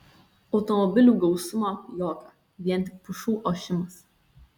automobilių gausmo jokio vien tik pušų ošimas